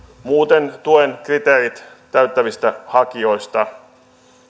muuten tuen kriteerit täyttävistä hakijoista